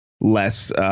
less